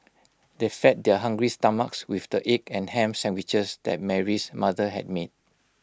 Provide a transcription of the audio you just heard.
they fed their hungry stomachs with the egg and Ham Sandwiches that Mary's mother had made